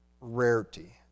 Rarity